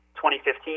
2015